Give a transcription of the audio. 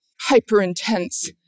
hyper-intense